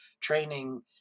training